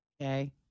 Okay